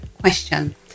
question